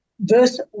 verse